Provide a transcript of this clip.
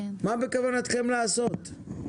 מה בכוונתכם לעשות?